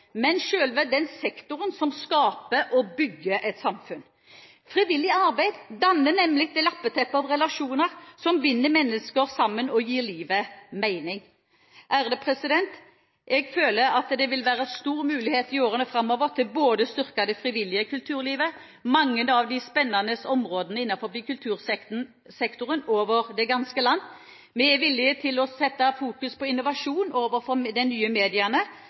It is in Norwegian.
men selve den sektoren som skaper og bygger et samfunn. Frivillig arbeid danner nemlig det lappeteppet av relasjoner som binder mennesker sammen og gir livet mening. Jeg føler det vil være store muligheter i årene framover til å styrke det frivillige kulturlivet, og mange av de spennende områdene innenfor kultursektoren over det ganske land. Vi er villige til å fokusere på innovasjon overfor de nye mediene,